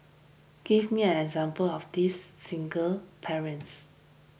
give me an example of this single parents